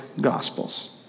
Gospels